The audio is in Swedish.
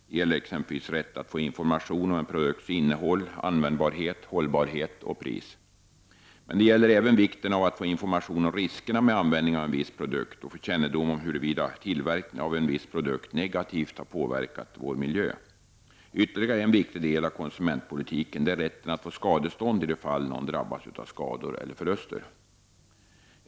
Det gäller exempelvis rätt att få information om en produkts innehåll, användbarhet, hållbarhet och pris. Men det gäller även vikten av att få information om riskerna med användningen av en viss produkt och att få kännedom om huruvida tillverkningen av en viss produkt negativt har påverkat vår miljö. Ytterligare en viktig del av konsumentpolitiken är rätten att få skadestånd i de fall någon drabbas av skador eller förluster.